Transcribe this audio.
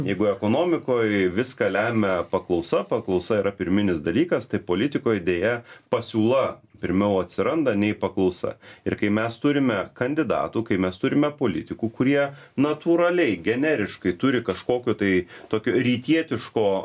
jeigu ekonomikoj viską lemia paklausa paklausa yra pirminis dalykas tai politikoj deja pasiūla pirmiau atsiranda nei paklausa ir kai mes turime kandidatų kai mes turime politikų kurie natūraliai generiškai turi kažkokio tai tokio rytietiško